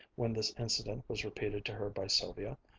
when this incident was repeated to her by sylvia,